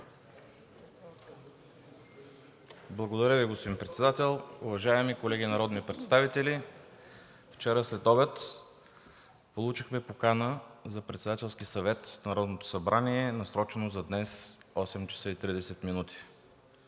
Благодаря Ви, господин Председател. Уважаеми колеги народни представители! Вчера следобед получихме покана за Председателски съвет в Народното събрание, насрочено за днес от 8,30 ч.